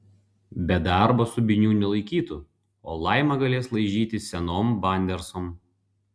be darbo subinių nelaikytų o laima galės laižyti senom bandersom